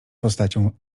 postacią